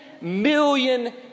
million